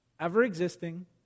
ever-existing